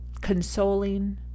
consoling